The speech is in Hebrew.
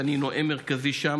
ואני נואם מרכזי שם,